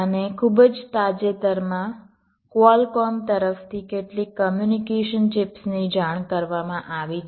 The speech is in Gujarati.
અને ખૂબ જ તાજેતરમાં ક્વોલકોમ તરફથી કેટલીક કોમ્યુનિકેશન ચિપ્સની જાણ કરવામાં આવી છે